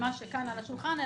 במה שכאן על השולחן,